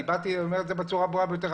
אני אומר את זה בצורה הברורה ביותר.